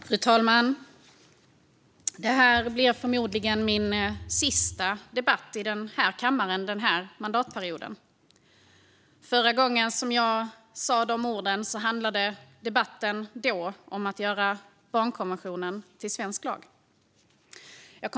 Fru talman! Det här blir förmodligen min sista debatt i denna kammare den här mandatperioden. Förra gången som jag sa de orden handlade debatten om att göra barnkonventionen till svensk lag.